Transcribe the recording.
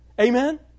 Amen